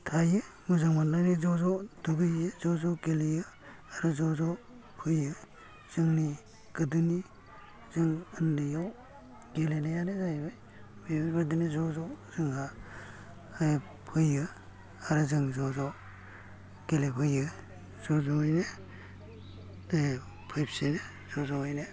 थायो मोजां मोनलायनाय ज' ज' दुगै हैयो ज' ज' गेलेयो आरो ज' ज' फैयो जोंनि गोदोनि जों ओनदैयाव गेलेनायानो जाहैबाय बेफोर बायदिनो ज' ज' जोंहा फैयो आरो जों ज' ज' गेलेबोयो ज'ज'यैनो फैफिनो ज' जयैनो